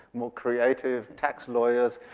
more creative tax lawyers,